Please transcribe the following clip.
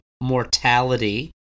mortality